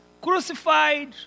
crucified